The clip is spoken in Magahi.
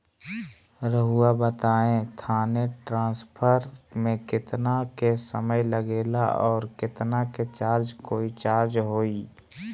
रहुआ बताएं थाने ट्रांसफर में कितना के समय लेगेला और कितना के चार्ज कोई चार्ज होई?